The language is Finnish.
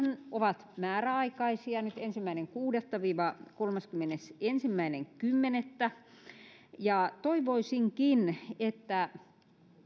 ovat nyt määräaikaisia ensimmäinen kuudetta viiva kolmaskymmenesensimmäinen kymmenettä toivoisinkin että